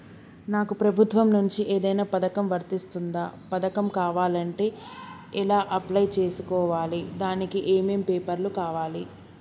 నాకు ప్రభుత్వం నుంచి ఏదైనా పథకం వర్తిస్తుందా? పథకం కావాలంటే ఎలా అప్లై చేసుకోవాలి? దానికి ఏమేం పేపర్లు కావాలి?